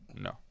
No